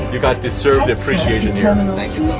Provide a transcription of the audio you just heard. you guys deserve the appreciation here. and and thank you